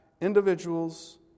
individuals